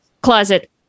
closet